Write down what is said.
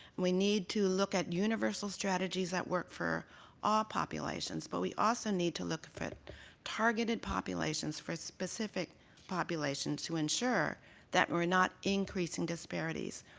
we need to look at universal strategies that work for all populations but we also need to look for targeted populations for specific populations to ensure that we're not increasing disparities.